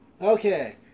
Okay